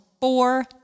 four